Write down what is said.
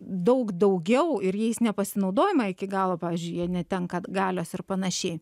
daug daugiau ir jais nepasinaudojama iki galo pavyzdžiui jie netenka galios ir panašiai